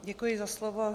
Děkuji za slovo.